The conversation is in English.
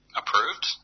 approved